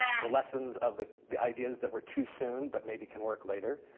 the lessons of the the ideas that were too soon but maybe can work later.